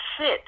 sit